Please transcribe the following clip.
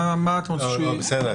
מה אתה רוצה שהוא --- בסדר,